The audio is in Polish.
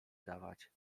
dawać